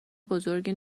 بزرگی